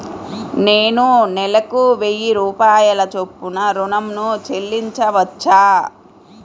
నేను నెలకు వెయ్యి రూపాయల చొప్పున ఋణం ను చెల్లించవచ్చా?